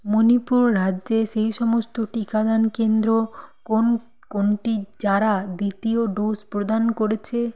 মণিপুর রাজ্যে সেই সমস্ত টিকাদান কেন্দ্র কোন কোনটি যারা দ্বিতীয় ডোস প্রদান করেছে